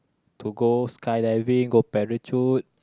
to go skydiving go parachute